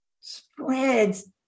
spreads